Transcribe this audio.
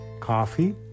Coffee